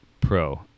pro